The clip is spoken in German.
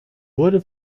wurde